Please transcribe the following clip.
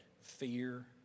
fear